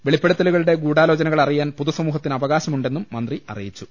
വെളിപ്പെടുത്തലുകളിലെ ഗൂഢാലോചനകൾ അറിയാൻ പൊതുസമൂഹത്തിന് അവകാശമു ണ്ടെന്നും മന്ത്രി അറിയിച്ചു